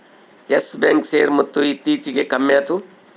Yes Bank share ಮೊತ್ತ ಇತ್ತೀಚಿಗೆ ಕಮ್ಮ್ಯಾತು